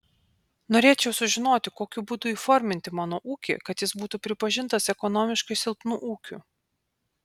norėčiau sužinoti kokiu būdu įforminti mano ūkį kad jis būtų pripažintas ekonomiškai silpnu ūkiu